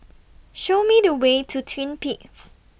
Show Me The Way to Twin Peaks